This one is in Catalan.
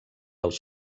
als